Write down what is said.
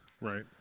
Right